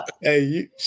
Hey